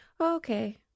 Okay